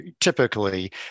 typically